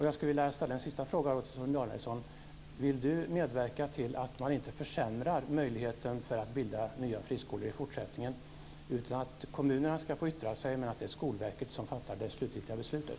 Jag skulle vilja ställa en sista fråga till Torgny Danielsson: Vill Torgny Danielsson medverka till att man inte försämrar möjligheten för att bilda nya friskolor i fortsättningen, så att det är kommunerna som yttrar sig men Skolverket som fattar det slutgiltiga beslutet?